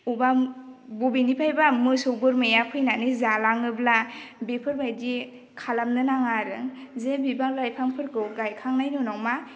बबावबा बबेनिफ्रायबा मोसौ बोरमाया फैनानै जालाङोब्ला बिफोरबायदि खालामनो नाङा आरो जे बिफां लाइफांफोरखौ गायखांनायनि उनाव मा